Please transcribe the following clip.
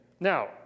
Now